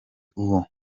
uwo